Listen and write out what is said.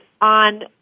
on